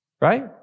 right